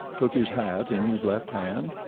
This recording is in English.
took his hat in his left hand,